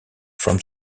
from